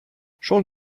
schon